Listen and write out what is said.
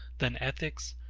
then ethics,